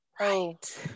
Right